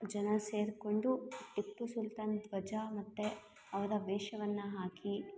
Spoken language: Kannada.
ಜನ ಸೇರಿಕೊಂಡು ಟಿಪ್ಪು ಸುಲ್ತಾನ್ ಧ್ವಜ ಮತ್ತು ಅವರ ವೇಷವನ್ನು ಹಾಕಿ